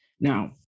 Now